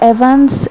Evans